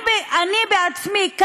אני בעצמי,